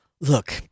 look